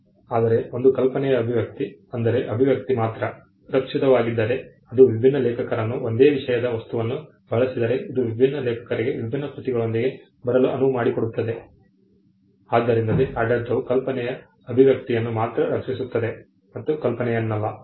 ಆದರೆ ಒಂದು ಕಲ್ಪನೆಯ ಅಭಿವ್ಯಕ್ತಿ ಅಂದರೆ ಅಭಿವ್ಯಕ್ತಿ ಮಾತ್ರ ರಕ್ಷಿತವಾಗಿದ್ದರೆ ಅದು ವಿಭಿನ್ನ ಲೇಖಕರನ್ನು ಒಂದೇ ವಿಷಯದ ವಸ್ತುವನ್ನು ಬಳಸಿದರೆ ಇದು ವಿಭಿನ್ನ ಲೇಖಕರಿಗೆ ವಿಭಿನ್ನ ಕೃತಿಗಳೊಂದಿಗೆ ಬರಲು ಅನುವು ಮಾಡಿಕೊಡುತ್ತದೆ ಆದ್ದರಿಂದಲೇ ಆಡಳಿತವು ಕಲ್ಪನೆಯ ಅಭಿವ್ಯಕ್ತಿಯನ್ನು ಮಾತ್ರ ರಕ್ಷಿಸುತ್ತದೆ ಮತ್ತು ಕಲ್ಪನೆಯಲ್ಲ